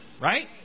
Right